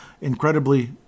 incredibly